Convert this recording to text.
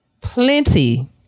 plenty